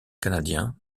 canadiens